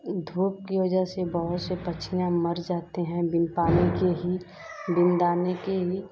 धूप की वजह से बहुत से पक्षी मर जाते हैं बिना पानी के ही बिना दाने के ही